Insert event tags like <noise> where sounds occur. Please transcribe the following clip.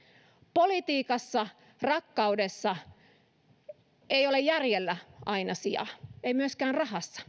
politiikassa ja rakkaudessa ei ole järjellä aina sijaa ei myöskään rahassa <unintelligible>